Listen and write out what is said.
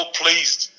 pleased